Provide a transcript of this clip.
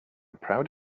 proud